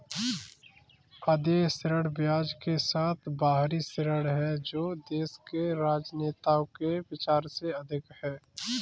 अदेय ऋण ब्याज के साथ बाहरी ऋण है जो देश के राजनेताओं के विचार से अधिक है